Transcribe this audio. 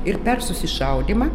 ir per susišaudymą